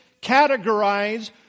categorize